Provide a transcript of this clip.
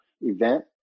event